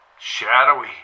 shadowy